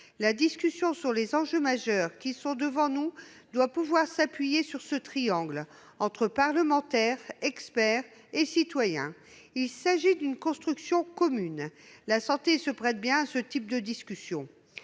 La discussion sur les enjeux majeurs qui sont devant nous doit pouvoir s'appuyer sur ce triangle que j'évoquais entre parlementaires, experts et citoyens. Il s'agit d'une construction commune. La santé se prête bien à ce type de discussion.